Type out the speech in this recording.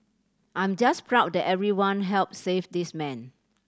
I'm just proud that everyone helped save this man